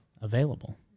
Available